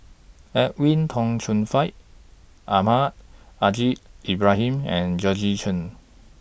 Edwin Tong Chun Fai Almahdi Al Haj Ibrahim and Georgette Chen